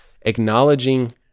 acknowledging